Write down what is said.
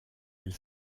elle